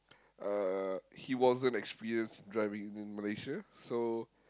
uh he wasn't experienced driving in Malaysia so